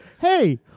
hey